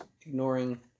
ignoring